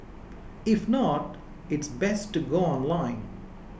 if not it's best to go online